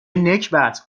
نکبت